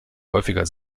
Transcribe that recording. häufiger